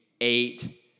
eight